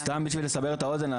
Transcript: סתם בשביל לסבר את האוזן,